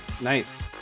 Nice